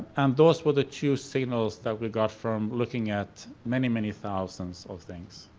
and those were the two signals that we got from looking at many, many thousands of things.